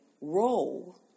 role